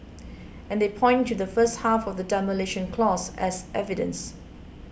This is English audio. and they point to the first half of the Demolition Clause as evidence